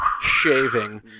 shaving